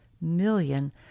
million